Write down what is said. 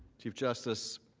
chief justice